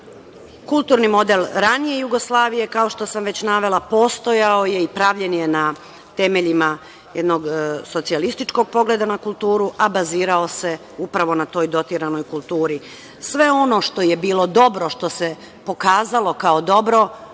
modele. Kulturni model ranije Jugoslavije, kao što sam već navela, postojao je i pravljen je na temeljima jednog socijalističkog pogleda na kulturu, a bazirao se upravo na toj dotiranoj kulturi. Sve ono što je bilo dobro, što se pokazalo kao dobro,